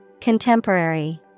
Contemporary